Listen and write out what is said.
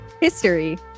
history